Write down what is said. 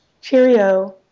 Cheerio